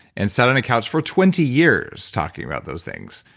and sat on a couch for twenty years talking about those things,